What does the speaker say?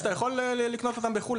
שאתה יכול לקנות אותם בחו"ל,